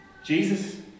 Jesus